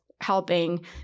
helping